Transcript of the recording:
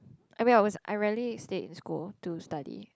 I mean I was I rarely stayed in school to study